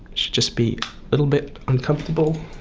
should just be a little bit uncomfortable.